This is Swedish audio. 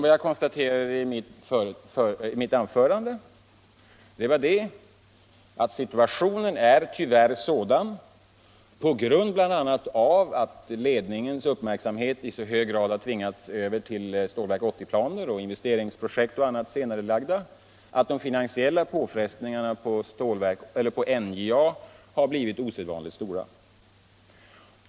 Vad jag konstaterade i mitt anförande var att situationen tyvärr är sådan, bl.a. på grund av att ledningens uppmärksamhet i så hög grad har tvingats över till Stålverk 80-planer och senarelagda investeringsprojekt och annat, att de finansiella påfrestningarna på NJA har blivit osedvanligt stora.